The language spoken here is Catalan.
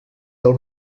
del